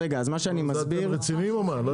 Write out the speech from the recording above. אתם רציניים או מה?